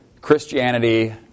Christianity